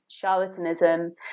charlatanism